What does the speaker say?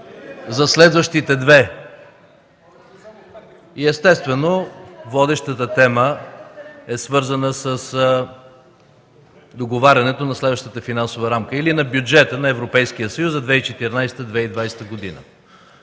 за следващите две. Естествено водещата тема е свързана с договарянето на следващата финансова рамка или на бюджета на Европейския съюз за 2014-2020 г.